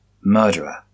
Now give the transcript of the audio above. Murderer